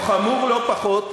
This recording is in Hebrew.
שנית, חמור יותר, או חמור לא פחות,